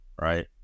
Right